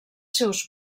seus